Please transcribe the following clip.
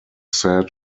said